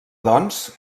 doncs